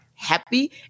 Happy